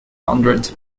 hundred